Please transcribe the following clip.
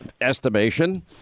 estimation